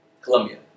Colombia